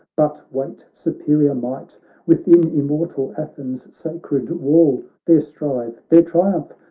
but wait superior might within immortal athens' sacred wall there strive, there triumph,